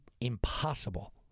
impossible